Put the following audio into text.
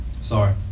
Sorry